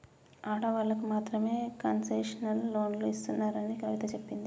ఆడవాళ్ళకు మాత్రమే కన్సెషనల్ లోన్లు ఇస్తున్నారని కవిత చెప్పింది